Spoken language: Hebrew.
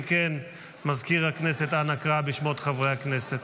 אם כן, מזכיר הכנסת, אנא קרא בשמות חברי הכנסת.